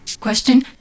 Question